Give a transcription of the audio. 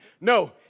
no